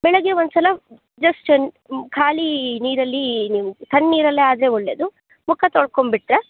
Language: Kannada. ಬೆಳಿಗ್ಗೆ ಒಂದು ಸಲ ಜಸ್ಟ್ ಖಾಲಿ ನೀರಲ್ಲಿ ನೀವು ತಣ್ಣೀರಲ್ಲೆ ಆದರೆ ಒಳ್ಳೆಯದು ಮುಖ ತೊಳ್ಕೊಂಡ್ಬಿಟ್ರೆ